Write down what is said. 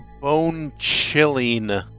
bone-chilling